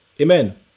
amen